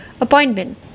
appointment